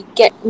get